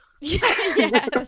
Yes